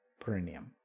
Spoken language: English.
perineum